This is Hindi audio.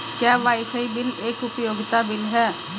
क्या वाईफाई बिल एक उपयोगिता बिल है?